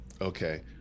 Okay